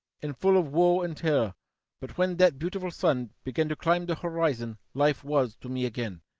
and full of woe and terror but when that beautiful sun began to climb the horizon life was to me again.